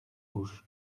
bouche